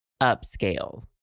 upscale